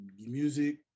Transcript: Music